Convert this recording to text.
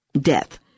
death